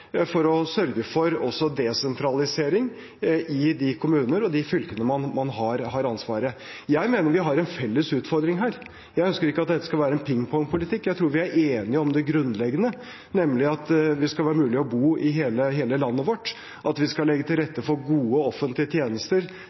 for å sørge for også desentralisering i de kommunene og de fylkene man har ansvaret for. Jeg mener vi har en felles utfordring her. Jeg ønsker ikke at dette skal være en pingpong-politikk. Jeg tror vi er enige om det grunnleggende, nemlig at det skal være mulig å bo i hele landet vårt, at vi skal legge til rette for gode offentlige tjenester